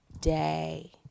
day